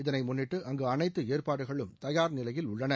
இதை முன்னிட்டு அங்கு அனைத்து ஏற்பாடுகளும் தயார் நிலையில் உள்ளன